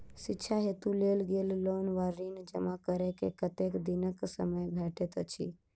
शिक्षा हेतु लेल गेल लोन वा ऋण जमा करै केँ कतेक दिनक समय भेटैत अछि?